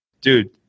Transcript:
dude